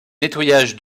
nettoyage